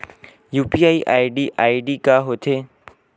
UPI ID का होथे?